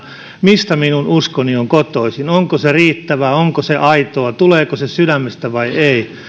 mistä minun uskoni on kotoisin onko se riittävää onko se aitoa tuleeko se sydämestä vai ei